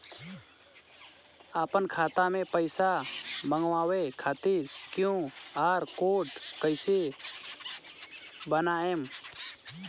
आपन खाता मे पईसा मँगवावे खातिर क्यू.आर कोड कईसे बनाएम?